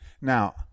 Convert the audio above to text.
Now